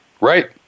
Right